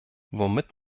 womit